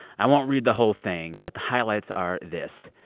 i won't read the whole thing, but the highlights are this.